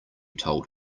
told